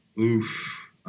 Oof